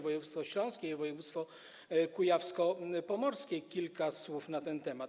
Województwo śląskie i województwo kujawsko-pomorskie - kilka słów na ten temat.